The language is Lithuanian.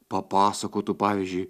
papasakotų pavyzdžiui